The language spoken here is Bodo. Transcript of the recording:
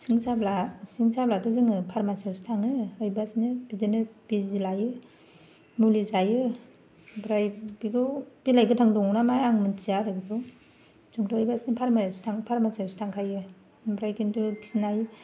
सिं साब्ला सिं साब्लाथ' जों फारमासिआवसो थाङो ओइबादिनो बिदिनो बिजि लायो मुलि जायो ओमफ्राय बेखौ बिलाय गोथां दंना मा आं मिथिया बेफोरखौ जोंथ' ओइबादिनो फारमासियावसो थांखायो ओमफ्राय खिन्थु खिनाय